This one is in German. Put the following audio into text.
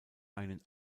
einen